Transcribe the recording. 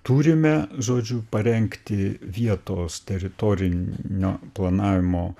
turime žodžiu parengti vietos teritorinio planavimo